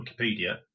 wikipedia